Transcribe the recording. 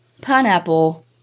pineapple